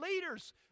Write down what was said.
leaders